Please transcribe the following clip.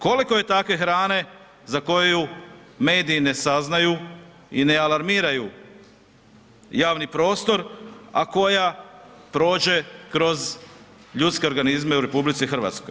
Koliko je takve hrane za koju mediji ne saznaju i ne alarmiraju javni prostor, a koja prođe kroz ljudske organizme u RH.